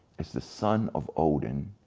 is the son of odin,